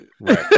Right